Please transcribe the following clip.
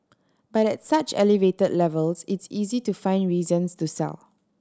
but at such elevated levels it's easy to find reasons to sell